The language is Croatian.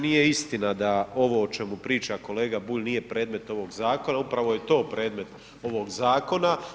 Nije istina da ovo o čemu priča kolega Bulj nije predmet ovog zakona, upravo je to predmet ovog zakona.